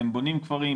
הם בונים כפרים,